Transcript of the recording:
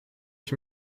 ich